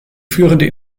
führende